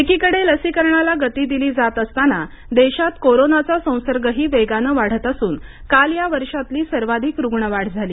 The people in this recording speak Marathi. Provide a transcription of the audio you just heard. एकीकडे लसीकरणाला गती दिली जात असताना देशात कोरोनाचा संसर्गही वेगानं वाढत असून काल या वर्षातली सर्वाधिक रुग्ण वाढ झाली